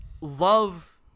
love